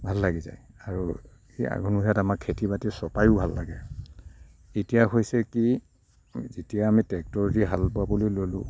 ভাল লাগি যায় আৰু এই আঘোণমহীয়াত আমাক খেতি বাতি চপাইও ভাল লাগে এতিয়া হৈছে কি যেতিয়া আমি ট্ৰেক্টৰেদি হাল বাবলৈ ল'লোঁ